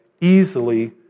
easily